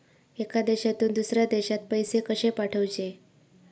एका देशातून दुसऱ्या देशात पैसे कशे पाठवचे?